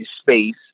space